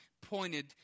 pointed